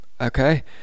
Okay